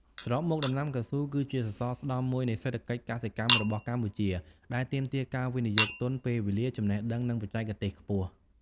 សរុបមក ដំណាំកៅស៊ូគឺជាសសរស្ដម្ភមួយនៃសេដ្ឋកិច្ចកសិកម្មរបស់កម្ពុជា ដែលទាមទារការវិនិយោគទុន ពេលវេលា ចំណេះដឹង និងបច្ចេកទេសខ្ពស់។